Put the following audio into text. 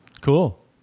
Cool